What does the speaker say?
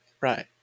Right